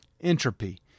entropy